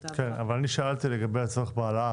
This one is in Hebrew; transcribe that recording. שאלתי לגבי הצורך בהעלאת